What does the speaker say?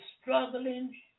Struggling